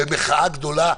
במחאה גדולה,